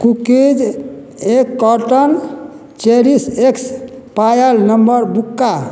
cookies एक carton चेरिश एक्स पायल नम्बर बुक्का